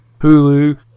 Hulu